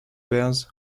bears